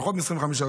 פחות מ-25%,